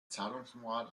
zahlungsmoral